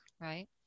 right